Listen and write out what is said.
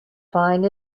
fine